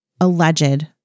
alleged